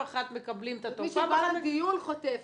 מי שבא לדיון, חוטף.